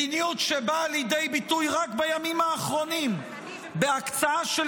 מדיניות שבאה לידי ביטוי רק בימים האחרונים בהקצאה של